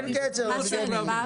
אין קצר, יבגני.